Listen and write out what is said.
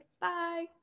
Bye